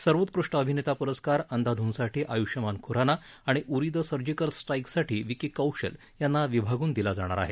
सर्वोत्कृष्ट अभिनेता प्रस्कार अंधाधनसाठी आयष्मान ख्राना आणि उरी द सर्जिकल स्ट्राइकसाठी विकी कौशल यांना विभागून दिला जाणार आहे